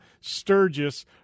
sturgis